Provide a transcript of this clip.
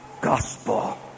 gospel